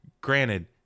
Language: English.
granted